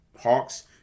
Hawks